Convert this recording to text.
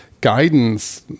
guidance